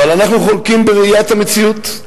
אבל אנחנו חולקים בראיית המציאות.